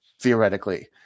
theoretically